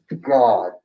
god